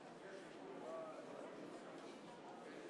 18:00.) גברתי